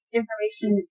information